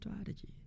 strategy